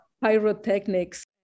pyrotechnics